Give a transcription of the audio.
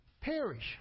Perish